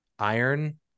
Iron